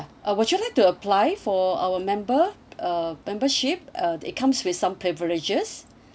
uh would you like to apply for our member uh membership uh it comes with some privileges